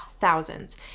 Thousands